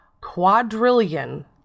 quadrillion